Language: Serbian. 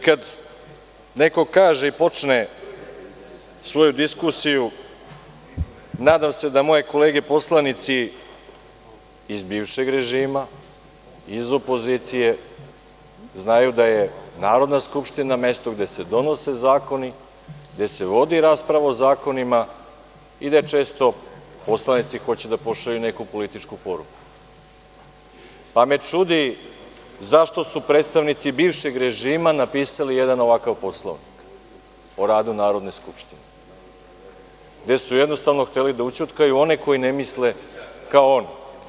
Kada neko kaže i počne svoju diskusiju – nadam se da moje kolege poslanici iz bivšeg režima, iz opozicije znaju da je Narodna skupština mesto gde se donose zakoni, gde se vodi rasprava o zakonima i da često poslanici hoće da pošalju neku političku poruku, pa me čudi zašto su predstavnici bivšeg režima napisali jedan ovakav Poslovnik o radu Narodne skupštine, gde su jednostavno hteli da ućutkaju one koji ne misle kao oni.